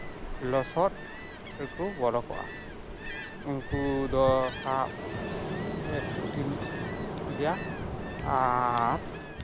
ᱞᱚᱥᱚᱫ ᱨᱮᱠᱚ ᱵᱚᱞᱚ ᱠᱚᱜᱼᱟ ᱩᱱᱠᱩ ᱫᱚ ᱥᱟᱵ ᱠᱚᱴᱷᱤᱱ ᱜᱮᱭᱟ ᱟᱨ